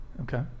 okay